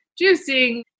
juicing